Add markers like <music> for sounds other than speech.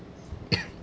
<coughs>